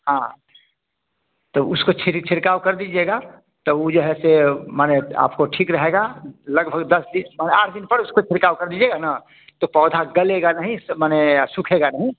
हाँ तो उसको छिर छिड़काव कर दीजिएगा तो वह जो है से माने आपको ठीक रहेगा लगभग दस बीस माने आठ दिन पर उसको छिड़काव कर दीजिएगा ना तो पौधा गलेगा नहीं सो माने और सुखेगा नहीं